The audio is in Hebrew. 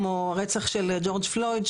כמו הרצח של ג'ורג' פלויד,